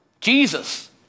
Jesus